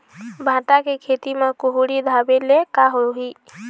भांटा के खेती म कुहड़ी ढाबे ले का होही?